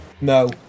No